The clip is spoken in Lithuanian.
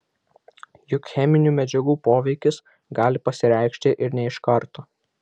juk cheminių medžiagų poveikis gali pasireikšti ir ne iš karto